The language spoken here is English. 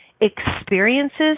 experiences